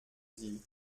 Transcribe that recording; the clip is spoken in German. sie